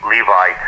Levi